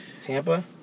Tampa